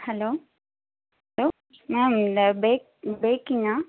hello hello ma'am இந்த bag பேக்கிங்கா